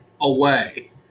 away